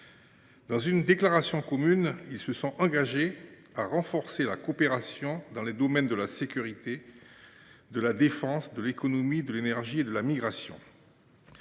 Dans une déclaration commune, ils se sont engagés à renforcer la coopération dans les domaines de la sécurité, de la défense, de l’économie, de l’énergie et de la migration.